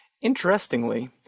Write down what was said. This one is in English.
Interestingly